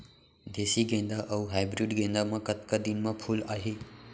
देसी गेंदा अऊ हाइब्रिड गेंदा म कतका दिन म फूल आही?